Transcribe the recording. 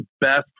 best